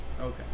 Okay